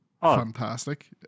fantastic